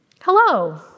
Hello